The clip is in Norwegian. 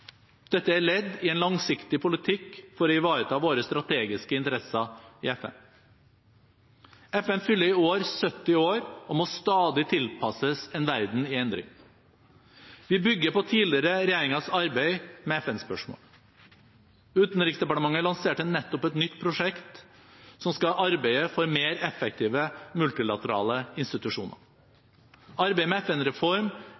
Dette er et ledd i en langsiktig politikk for å ivareta våre strategiske interesser i FN. FN fyller i år 70 år og må stadig tilpasses en verden i endring. Vi bygger på tidligere regjeringers arbeid med FN-spørsmål. Utenriksdepartementet lanserte nettopp et nytt prosjekt som skal arbeide for mer effektive multilaterale institusjoner. Arbeidet med